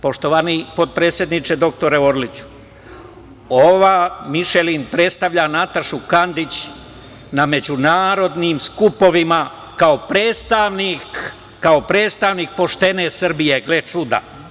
Poštovani potpredsedniče doktore Orliću, ova Mišelin predstavlja Natašu Kandić na međunarodnim skupovima, kao predstavnik poštene Srbije, gle čuda.